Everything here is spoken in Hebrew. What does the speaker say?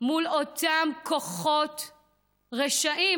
מול אותם כוחות רשעים,